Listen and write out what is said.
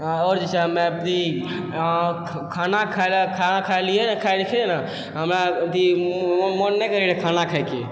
आओर जे छै हमे अथी खाना खाय लऽ खाना खाय लियै हमे अथी मोन नहि करैत रहै खाना खायके